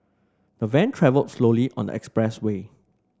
the van travelled slowly on the expressway